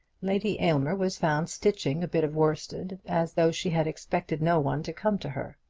lady aylmer was found stitching a bit of worsted, as though she had expected no one to come to her.